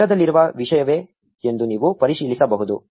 ಪುಟದಲ್ಲಿರುವ ವಿಷಯವೇ ಎಂದು ನೀವು ಪರಿಶೀಲಿಸಬಹುದು